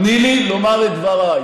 תני לי לומר את דבריי,